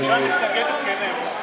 הממשלה מתנגדת, כי אין לה עמדה.